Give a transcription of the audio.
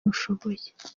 mushoboye